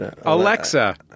Alexa